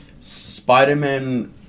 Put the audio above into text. Spider-Man